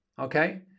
okay